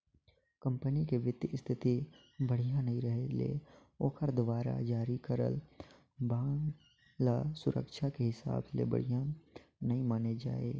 company के बित्तीय इस्थिति बड़िहा नइ रहें ले ओखर दुवारा जारी करल बांड ल सुरक्छा के हिसाब ले बढ़िया नइ माने जाए